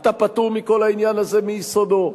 אתה פטור מכל העניין הזה מיסודו,